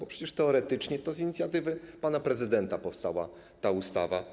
A przecież teoretycznie to z inicjatywy pana prezydenta powstała ta ustawa.